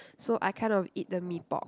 so I kind of eat the mee pok